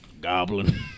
Goblin